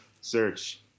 search